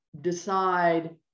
decide